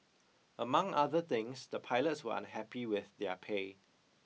among other things the pilots were unhappy with their pay